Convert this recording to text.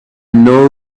know